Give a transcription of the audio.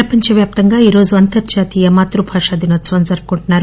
ప్రపంచ వ్యాప్తంగా ఈ రోజు అంతర్జాతీయ మాతృభాషా దినోత్పవం జరుపుకుంటున్నారు